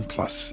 Plus